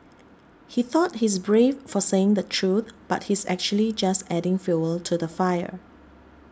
he thought he's brave for saying the truth but he's actually just adding fuel to the fire